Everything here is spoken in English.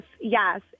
Yes